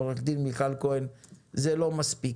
עורך דין מיכל כהן זה לא מספיק.